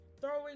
throwing